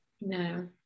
No